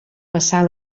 passar